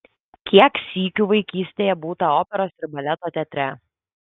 kiek sykių vaikystėje būta operos ir baleto teatre